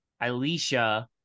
Alicia